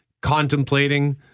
contemplating